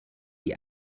die